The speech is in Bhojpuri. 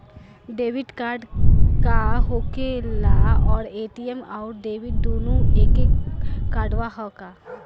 डेबिट कार्ड का होखेला और ए.टी.एम आउर डेबिट दुनों एके कार्डवा ह का?